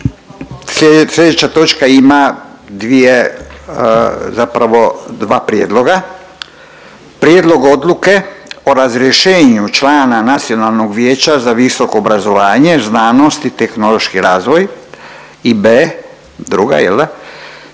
dvije, zapravo dva prijedloga: A) Prijedlog odluke o razrješenju člana Nacionalnog vijeća za visoko obrazovanje, znanost i tehnološki razvoj i A) Prijedlog